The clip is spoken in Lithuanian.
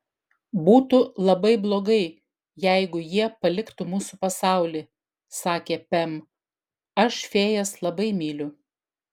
būtų labai blogai jeigu jie paliktų mūsų pasaulį sakė pem aš fėjas labai myliu